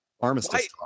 armistice